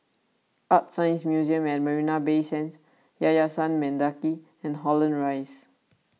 ArtScience Museum at Marina Bay Sands Yayasan Mendaki and Holland Rise